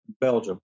Belgium